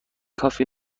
کافی